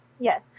Yes